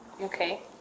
okay